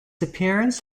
appearance